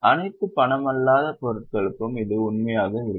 அனைத்து பணமல்லாத பொருட்களுக்கும் இது உண்மையாக இருக்கும்